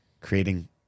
creating